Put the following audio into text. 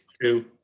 two